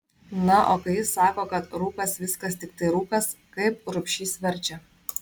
na o kai jis sako kad rūkas viskas tiktai rūkas kaip rubšys verčia